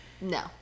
No